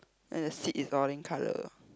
and the seat is orange color